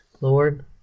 Lord